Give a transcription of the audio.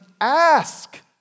Ask